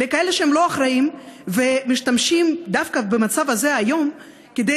כאלה שהם לא אחראיים משתמשים דווקא במצב הזה היום כדי